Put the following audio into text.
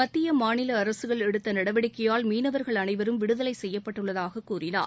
மத்திய மாநில அரசுகள் எடுத்த நடவடிக்கையால் மீனவர்கள் அனைவரும் விடுதலை செய்யப்பட்டுள்ளதாக கூறினார்